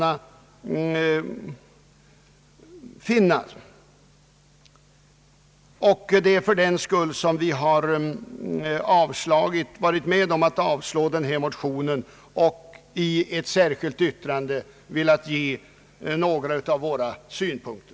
Fördenskull har vi varit med om att avstyrka motionen och i ett särskilt yttrande framfört några av våra synpunkter.